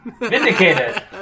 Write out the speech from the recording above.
vindicated